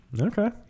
okay